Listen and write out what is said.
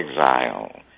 exile